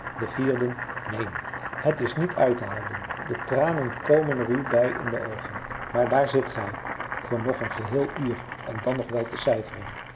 de vierde neen het is niet uit te houden de tranen komen er u bij in de oogen maar daar zit gij voor nog een geheel uur en dan nog wel te cijferen